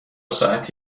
ساعت